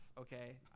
okay